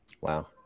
Wow